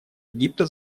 египта